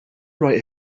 write